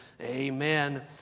amen